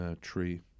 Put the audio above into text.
Tree